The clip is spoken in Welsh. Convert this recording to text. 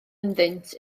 ynddynt